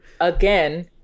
again